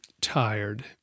tired